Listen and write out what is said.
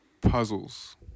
Puzzles